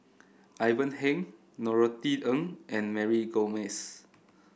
Ivan Heng Norothy Ng and Mary Gomes